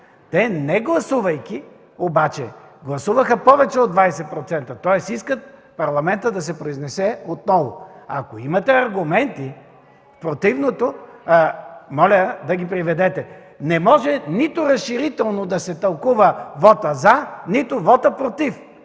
Те не гласувайки обаче, гласуваха повече от 20%, тоест искат Парламентът да се произнесе отново. Ако имате аргументи в противното, моля да ги приведете. Не може нито разширително да се тълкува вотът „за”, нито вотът „против”,